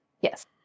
Yes